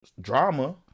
drama